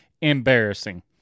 embarrassing